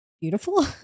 beautiful